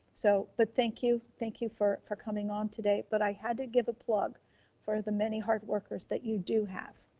so but thank you, thank you for for coming on today. but i had to give a plug for the many hard workers that you do have.